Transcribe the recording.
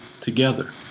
together